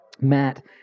Matt